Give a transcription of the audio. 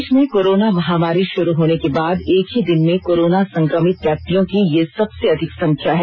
देश में कोरोना महामारी शुरू होने के बाद एक ही दिन में कोरोना संक्रमित व्यक्तियों की ये सबसे अधिक संख्या है